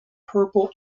purple